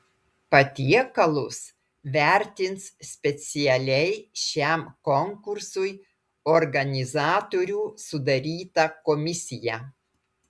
patiekalus vertins specialiai šiam konkursui organizatorių sudaryta komisija